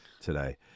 today